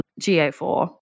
GA4